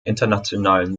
internationalen